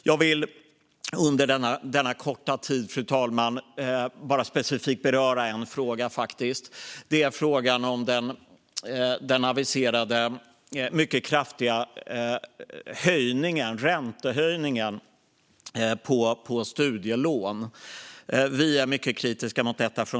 Jag vill på denna korta tid beröra en specifik fråga. Det är frågan om den aviserade mycket kraftiga höjningen av räntan på studielån. Från Liberalernas sida är vi mycket kritiska mot detta.